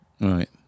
Right